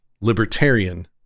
libertarian